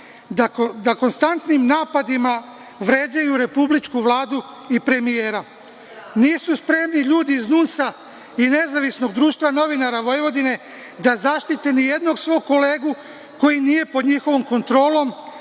da konstantnim napadima vređaju republičku Vladu i premijera. Nisu spremni ljudi iz NUNS-a i Nezavisnog društva novinara Vojvodine da zaštite nijednog svog kolegu koji nije pod njihovom kontrolom,